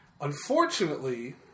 Unfortunately